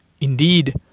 Indeed